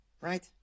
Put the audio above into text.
right